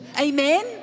Amen